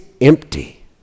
empty